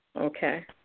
okay